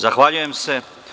Zahvaljujem se.